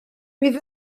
bydd